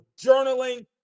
journaling